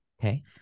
Okay